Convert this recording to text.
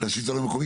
לשלטון המקומי,